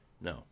No